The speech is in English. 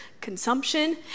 consumption